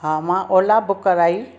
हा मां ओला बुक कराई